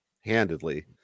handedly